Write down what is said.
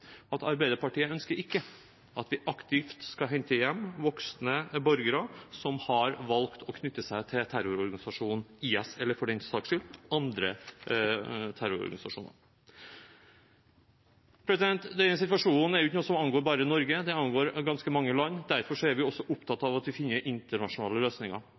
at Arbeiderpartiet ikke ønsker at vi aktivt skal hente hjem voksne borgere som har valgt å knytte seg til terrororganisasjonen IS – eller for den saks skyld andre terrororganisasjoner. Dette er en situasjon som ikke bare angår Norge. Den angår ganske mange land. Derfor er vi også opptatt av at vi finner internasjonale løsninger.